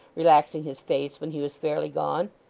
relaxing his face when he was fairly gone,